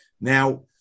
Now